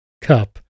Cup